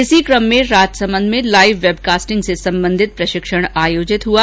इसी कम में राजसमंद में लाईव वेबकास्टिंग से संबंधित प्रशिक्षण आयोजित हआ